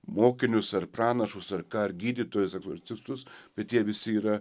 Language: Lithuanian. mokinius ar pranašus ar ką ar gydytojus egzorcistus bet jie visi yra